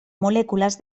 moléculas